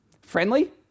Friendly